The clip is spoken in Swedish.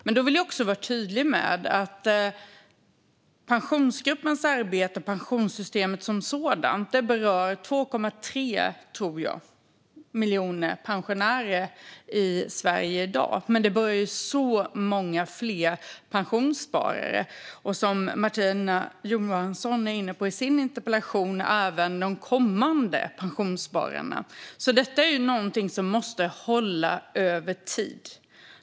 Jag vill vara tydlig med att Pensionsgruppens arbete och pensionssystemet som sådant berör, tror jag, 2,3 miljoner pensionärer i Sverige i dag, men det berör många fler pensionssparare och, som Martina Johansson var inne på i sin interpellation, även de kommande pensionsspararna. Detta är något som måste hålla över tid.